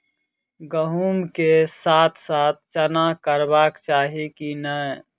गहुम केँ साथ साथ चना करबाक चाहि की नै?